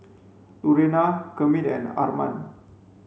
Lurena Kermit and Armand